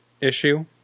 issue